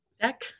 deck